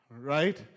Right